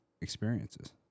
experiences